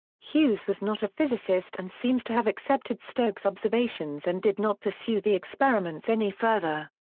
hughes was not a physicist and seems to have accepted stokes observations and did not pursue the experiments any further.